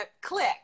click